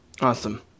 Awesome